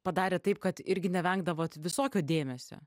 padarė taip kad irgi nevengdavot visokio dėmesio